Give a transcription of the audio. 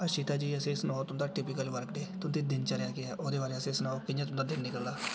अशिता जी सें ई सनाओ तुं'दा टिपिकल वर्क डे तु'न्दी दिनचर्या केह् ऐ ओह्दे बारे असें ई सनाओ कि'यां तु'न्दा दिन निकलदा